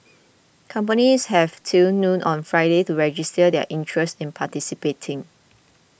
companies have till noon on Friday to register their interest in participating